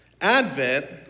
Advent